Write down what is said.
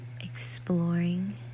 exploring